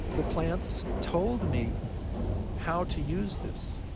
the plants told me how to use this,